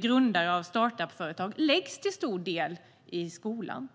grundare av startup-företag läggs till stor del i skolan.